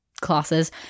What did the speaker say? classes